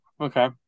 Okay